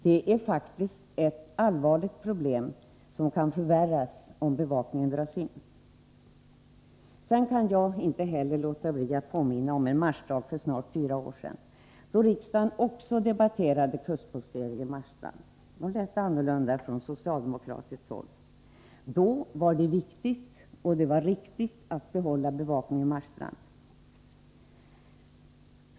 Detta allvarliga problem kan förvärras, om bevakningen dras in. Jag kan vidare inte låta bli att påminna om en marsdag för snart fyra år sedan. Också då debatterade riksdagen kustposteringen i Marstrand, men då lät det annorlunda från socialdemokratiskt håll. Den gången ansågs det viktigt och riktigt att behålla bevakningen.